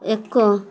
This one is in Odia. ଏକ